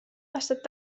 aastat